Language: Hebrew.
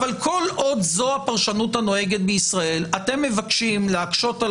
אבל כל עוד זו הפרשנות הנוהגת בישראל אתם מבקשים להקשות על